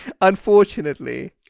Unfortunately